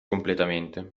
completamente